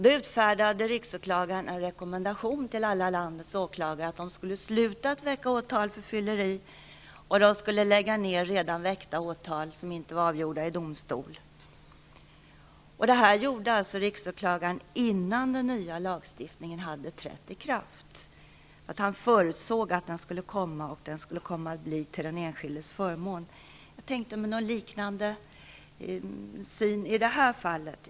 Då utfärdade riksåklagaren en rekommendation till landets alla åklagare att de skulle sluta att väcka åtal för fylleri och lägga ned redan väckta åtal som inte var avgjorda i domstol. Detta gjorde riksåklagaren innan den nya lagstiftningen hade trätt i kraft, dvs. han förutsåg att den skulle komma och att den skulle vara till den enskildes förmån. Jag tänkte mig någon liknande syn i det här fallet.